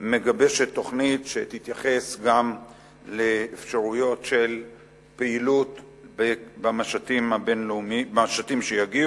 מגבשת תוכנית שתתייחס גם לאפשרויות של פעילות במשטים שיגיעו.